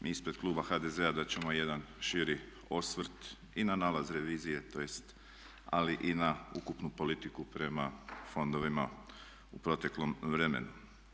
Mi ispred kluba HDZ-a dat ćemo jedan širi osvrt i na nalaz revizije, to jest ali i na ukupnu politiku prema fondovima u proteklom vremenu.